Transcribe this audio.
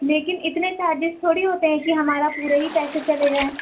لیکن اتنے چارجز تھوڑی ہوتے ہیں کہ ہمارا پورے ہی پیسے چلے جائیں